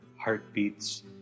Heartbeats